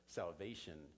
salvation